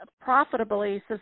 profitably